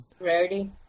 Rarity